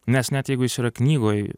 nes net jeigu jis yra knygoj